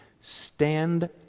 stand